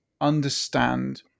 understand